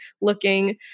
looking